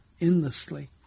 endlessly